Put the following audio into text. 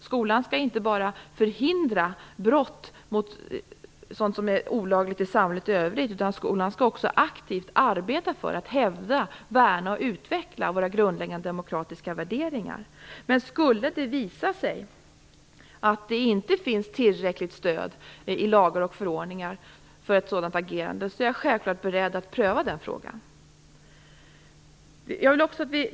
Skolan skall inte bara förhindra sådana brott som är olagliga i samhället i övrigt, utan skolan skall också aktivt arbeta för att hävda, värna och utveckla våra grundläggande demokratiska värderingar. Om det skulle visa sig att det inte finns tillräckligt stöd i lagar och förordningar för ett sådant agerande är jag självklart beredd att pröva frågan.